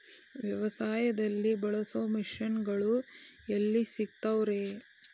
ವ್ಯವಸಾಯದಲ್ಲಿ ಬಳಸೋ ಮಿಷನ್ ಗಳು ಎಲ್ಲಿ ಸಿಗ್ತಾವ್ ರೇ?